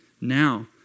Now